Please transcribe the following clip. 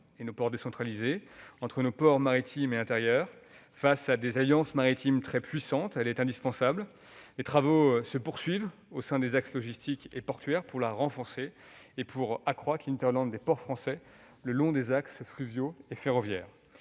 et nos ports décentralisés, et entre nos ports maritimes et intérieurs. Face à des alliances maritimes très puissantes, elle est indispensable. Les travaux se poursuivent au sein des axes logistiques et portuaires pour renforcer cette souveraineté, et accroître l'hinterland des ports français le long des axes fluviaux et ferroviaires.